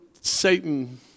Satan